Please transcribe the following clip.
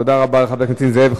תודה רבה לחבר הכנסת נסים זאב.